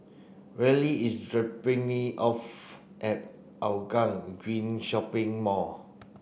Reilly is dropping me off at Hougang Green Shopping Mall